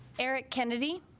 eric kennedy